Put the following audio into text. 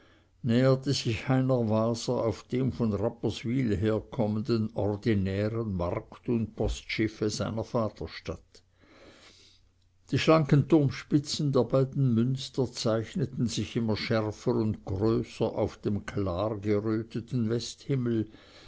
näherte sich heinrich waser auf dem von rapperswyl herkommenden ordinären markt und postschiffe seiner vaterstadt die schlanken turmspitzen der beiden münster zeichneten sich immer schärfer und größer auf dem klar geröteten westhimmel